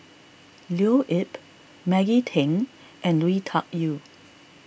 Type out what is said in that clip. Leo Yip Maggie Teng and Lui Tuck Yew